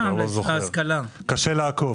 קשה לעקוב.